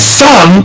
son